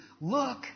Look